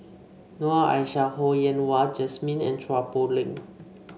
Noor Aishah Ho Yen Wah Jesmine and Chua Poh Leng